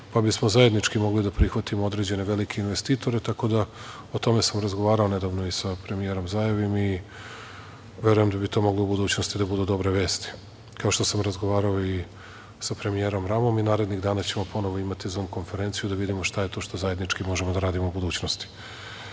pa bismo zajednički mogli da prihvatimo određene velike investitore. Tako da o tome sam razgovarao nedavno sa premijerom Zajevim i verujem da bi to moglo da budućnosti da budu dobre vesti, kao što sam razgovarao i sa premijerom Ramom. Narednih dana ću ponovo imati zum konferenciju da vidimo šta je to što zajednički možemo da radimo u budućnosti. Što